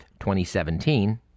2017